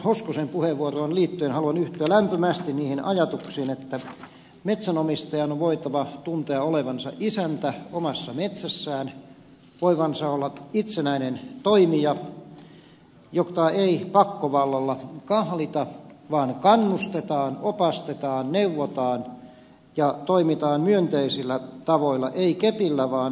hoskosen puheenvuoroon liittyen haluan yhtyä lämpimästi niihin ajatuksiin että metsänomistajan on voitava tuntea olevansa isäntä omassa metsässään voivansa olla itsenäinen toimija jota ei pakkovallalla kahlita vaan kannustetaan opastetaan neuvotaan ja toimitaan myönteisillä tavoilla ei kepillä vaan porkkanalla